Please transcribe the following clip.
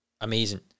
amazing